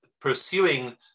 pursuing